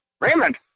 Raymond